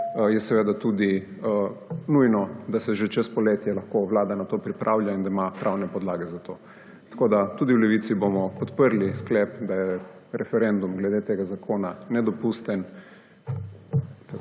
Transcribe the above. je seveda tudi nujno, da se že čez poletje lahko vlada na to pripravlja, da ima pravne podlage za to. Tako da tudi v Levici bomo podprli sklep, da je referendum glede tega zakona nedopusten.